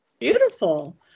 beautiful